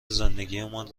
زندگیمان